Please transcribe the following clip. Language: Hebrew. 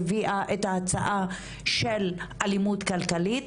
הביאה את ההצעה של אלימות כלכלית.